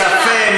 קפה,